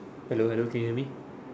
hello hello can you hear me